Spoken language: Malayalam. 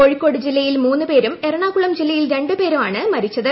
കോഴിക്കോട് ജില്ലയിൽ മൂന്നു പേരും എറണാകുളം ജില്ലയിൽ രണ്ടു പേരുമാണ് മരിച്ചത്